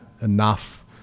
enough